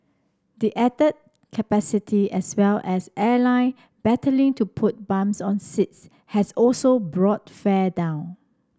the added capacity as well as airline battling to put bums on seats has also brought fare down